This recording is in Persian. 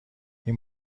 این